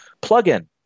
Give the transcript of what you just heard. plug-in